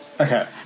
Okay